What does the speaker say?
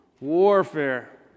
warfare